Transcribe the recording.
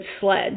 sled